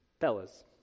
fellas